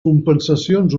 compensacions